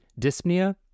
dyspnea